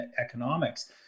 economics